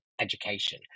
education